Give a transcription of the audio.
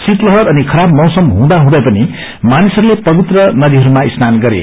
शीतलहर अनि खराब मौसम हुँदा हुँदै पनि ामानिसहरूले पवित्र दीहरूमा स्नान गरे